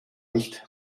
nicht